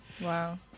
Wow